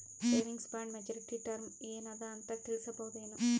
Savings bond maturity term ಏನ ಅದ ಅಂತ ತಿಳಸಬಹುದೇನು?